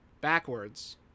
backwards